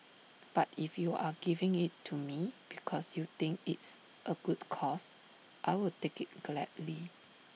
but if you are giving IT to me because you think it's A good cause I'll take IT gladly